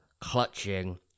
clutching